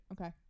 Okay